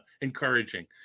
encouraging